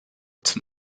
zum